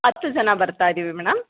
ಹತ್ತು ಜನ ಬರ್ತಾ ಇದ್ದೀವಿ ಮೇಡಮ್